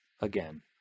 again